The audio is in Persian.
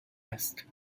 است